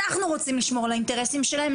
אנחנו רוצים לשמור על האינטרסים שלהם.